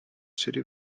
city